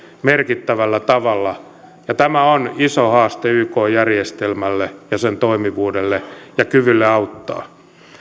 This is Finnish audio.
merkittävällä tavalla ja tämä on iso haaste yk järjestelmälle ja sen toimivuudelle ja kyvylle auttaa